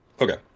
Okay